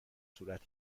صورت